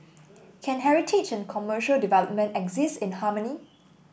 can heritage and commercial development exist in harmony